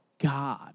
God